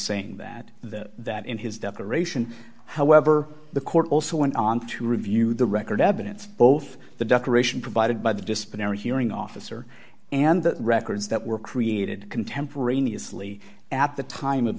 saying that the that in his decoration however the court also went on to review the record evidence both the decoration provided by the disciplinary hearing officer and the records that were created contemporaneously at the time of